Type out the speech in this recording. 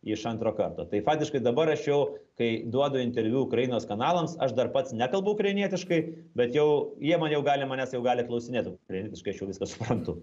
iš antro karto tai faktiškai dabar aš jau kai duodu interviu ukrainos kanalams aš dar pats nekalbu ukrainietiškai bet jau jie man jau gali manęs jau gali klausinėt ukrainietiškai aš jau viską suprantu